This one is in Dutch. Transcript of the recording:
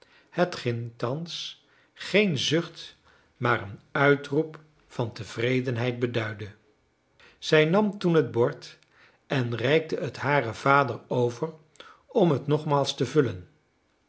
hetgeen thans geen zucht maar een uitroep van tevredenheid beduidde zij nam toen het bord en reikte het haren vader over om het nogmaals te vullen